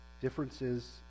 differences